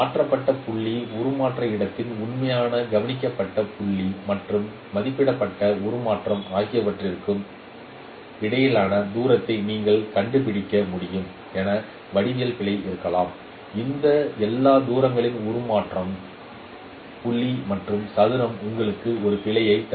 மாற்றப்பட்ட புள்ளி உருமாற்ற இடத்தின் உண்மையான கவனிக்கப்பட்ட புள்ளி மற்றும் மதிப்பிடப்பட்ட உருமாற்றம் ஆகியவற்றுக்கு இடையேயான தூரத்தை நீங்கள் கண்டுபிடிக்க முடியும் என வடிவியல் பிழை இருக்கலாம் இந்த எல்லா தூரங்களின் உருமாறும் புள்ளி மற்றும் சதுரம் உங்களுக்கு ஒரு பிழையைத் தரும்